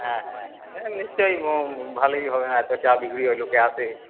হ্যাঁ হ্যাঁ না না নিশ্চয়ই ভালোই হবে এত চা বিক্রি হয় লোকে আসে